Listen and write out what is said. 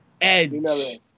Edge